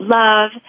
love